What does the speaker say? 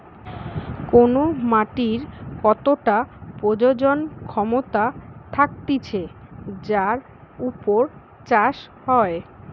কোন মাটির কতটা প্রজনন ক্ষমতা থাকতিছে যার উপর চাষ হয়